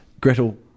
Gretel